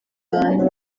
abantu